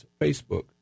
Facebook